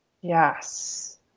Yes